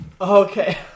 Okay